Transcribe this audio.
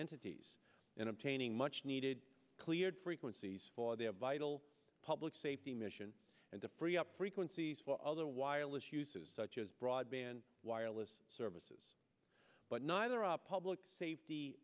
entities in obtaining much needed cleared frequencies for their vital public safety mission and to free up frequencies for other wireless uses such as broadband wireless services but neither are public safety